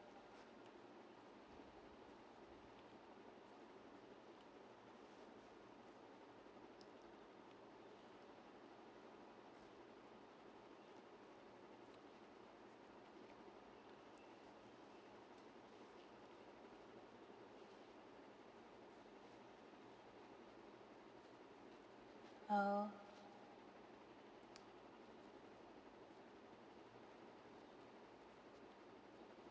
oh